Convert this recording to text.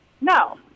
No